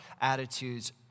attitudes